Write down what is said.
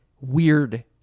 weird